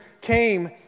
came